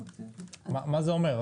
מה זה אומר?